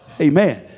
amen